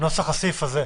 נוסח הסעיף הזה?